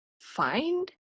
find